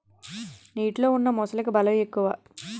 నీటిలో ఉన్న మొసలికి బలం ఎక్కువ